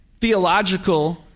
theological